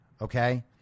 okay